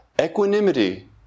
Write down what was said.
Equanimity